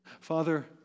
Father